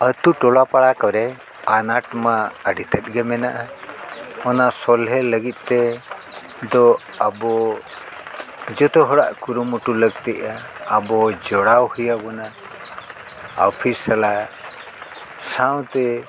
ᱟᱛᱳ ᱴᱚᱞᱟ ᱯᱟᱲᱟ ᱠᱚᱨᱮ ᱟᱱᱟᱴ ᱢᱟ ᱟᱹᱰᱤ ᱛᱮᱫ ᱜᱮ ᱢᱮᱱᱟᱜᱼᱟ ᱚᱱᱟ ᱥᱚᱞᱦᱮ ᱞᱟᱹᱜᱤᱫ ᱛᱮ ᱫᱚ ᱟᱵᱚ ᱡᱚᱛᱚ ᱦᱚᱲᱟᱜ ᱠᱩᱨᱩᱢᱩᱴᱩ ᱞᱟᱹᱠᱛᱤᱜᱼᱟ ᱟᱵᱚ ᱡᱚᱲᱟᱣ ᱦᱩᱭᱟᱵᱚᱱᱟ ᱚᱯᱷᱤᱥ ᱥᱟᱞᱟᱜ ᱥᱟᱶᱛᱮ